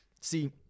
See